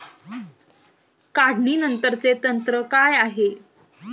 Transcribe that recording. काढणीनंतरचे तंत्र काय आहे?